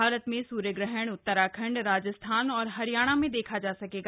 भारत में सूर्य ग्रहण उत्तराखंड राजस्थान और हरियाणा में देखा जा सकेगा